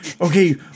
okay